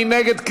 מי נגד?